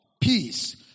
peace